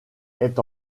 est